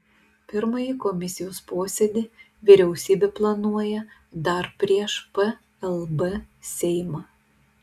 pirmąjį komisijos posėdį vyriausybė planuoja dar prieš plb seimą